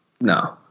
No